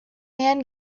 man